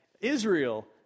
Israel